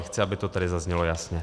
Chci, aby to tady zaznělo jasně.